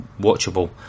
watchable